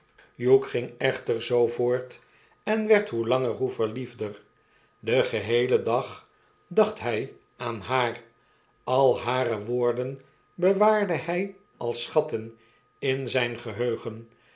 hugh ging echter zoo voort en werd hoe langer hoe verliefder den geheelen dag dacht hy aan haar al hare woordenbewaardehy als schatten in zjjn geheugen